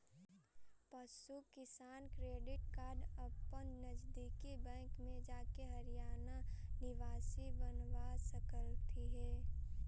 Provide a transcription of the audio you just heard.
पशु किसान credit card अपन नजदीकी बैंक में जाके हरियाणा निवासी बनवा सकलथीन हे